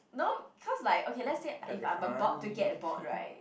no cause like okay let's say if I'm about to get bored [right]